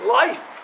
life